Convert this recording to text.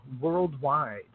worldwide